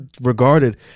regarded